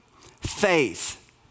faith